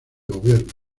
gobierno